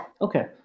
Okay